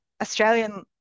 australian